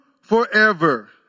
forever